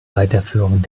weiterführung